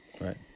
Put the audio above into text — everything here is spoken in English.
Right